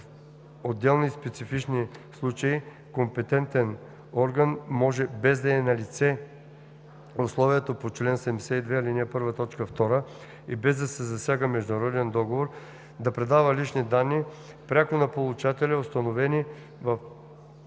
отделни и специфични случаи компетентен орган може, без да е налице условието по чл. 72, ал. 1, т. 2 и без да се засяга международен договор, да предава лични данни пряко на получатели, установени в